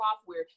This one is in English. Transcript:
software